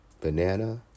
banana